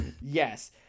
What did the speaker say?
Yes